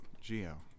Geo